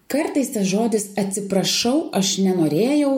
kartais tas žodis atsiprašau aš nenorėjau